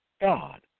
God